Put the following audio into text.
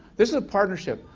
this is a partnership,